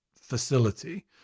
facility